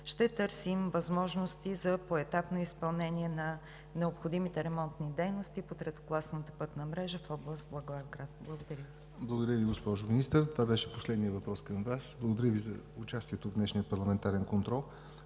ще търсим възможности за поетапно изпълнение на необходимите ремонтни дейности по третокласната пътна мрежа в област Благоевград. Благодаря Ви. ПРЕДСЕДАТЕЛ ЯВОР НОТЕВ: Благодаря Ви, госпожо Министър. Това беше последният въпрос към Вас. Благодаря Ви за участието в днешния парламентарен контрол.